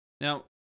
Now